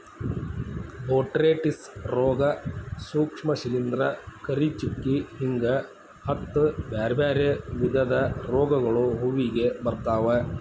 botrytis ರೋಗ, ಸೂಕ್ಷ್ಮ ಶಿಲಿಂದ್ರ, ಕರಿಚುಕ್ಕಿ ಹಿಂಗ ಹತ್ತ್ ಬ್ಯಾರ್ಬ್ಯಾರೇ ವಿಧದ ರೋಗಗಳು ಹೂವಿಗೆ ಬರ್ತಾವ